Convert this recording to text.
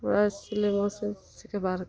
ପୁରା ସିଲେଇ ଭଲ୍ସେ ଶିଖ୍ବାର୍ କଥା